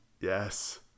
Yes